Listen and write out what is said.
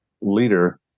leader